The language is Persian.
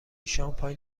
شامپاین